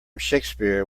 shakespeare